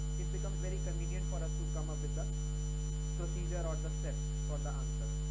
it becomes very convenient for us to come up with a procedure or the steps for the answer.